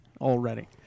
already